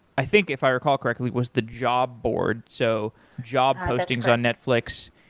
i think if i recall correctly, was the job board, so job postings on netflix.